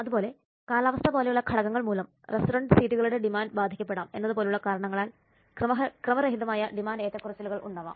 അതുപോലെ കാലാവസ്ഥ പോലെയുള്ള ഘടകങ്ങൾ മൂലം റസ്റ്റോറന്റ് സീറ്റുകളുടെ ഡിമാൻഡ് ബാധിക്കപ്പെടാം എന്നതു പോലുള്ള കാരണങ്ങളാൽ ക്രമരഹിതമായ ഡിമാൻഡ് ഏറ്റക്കുറച്ചിലുകൾ ഉണ്ടാകാം